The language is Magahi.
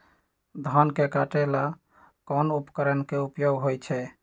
धान के काटे का ला कोंन उपकरण के उपयोग होइ छइ?